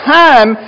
time